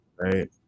Right